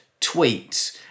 tweets